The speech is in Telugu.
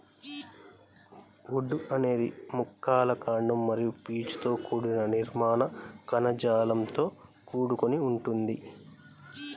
వుడ్ అనేది మొక్కల కాండం మరియు పీచుతో కూడిన నిర్మాణ కణజాలంతో కూడుకొని ఉంటుంది